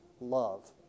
Love